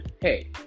Hey